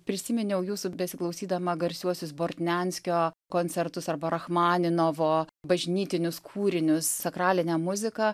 prisiminiau jūsų besiklausydama garsiuosius bortnenskio koncertus arba rachmaninovo bažnytinius kūrinius sakralinę muziką